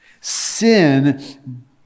Sin